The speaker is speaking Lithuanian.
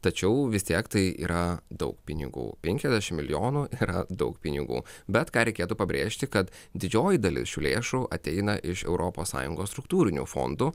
tačiau vis tiek tai yra daug pinigų penkiasdešim milijonų yra daug pinigų bet ką reikėtų pabrėžti kad didžioji dalis šių lėšų ateina iš europos sąjungos struktūrinių fondų